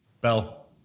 Bell